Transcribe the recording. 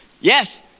yes